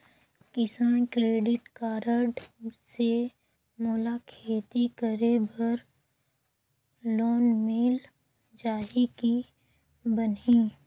किसान credit card से मोला खेती करे बर लोन मिल जाहि की बनही??